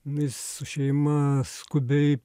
jis su šeima skubiai